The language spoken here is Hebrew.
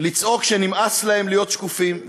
לצעוק שנמאס להם להיות שקופים,